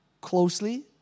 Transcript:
closely